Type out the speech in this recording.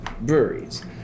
breweries